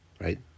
right